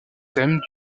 thèmes